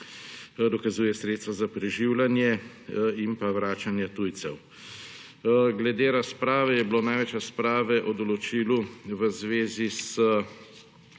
dokazuje sredstva za preživljanje in pa vračanje tujcev. Glede razprave je bilo največ razprave o določilu v zvezi z